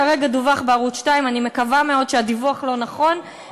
כרגע דווח בערוץ 2. אני מקווה מאוד שהדיווח לא נכון,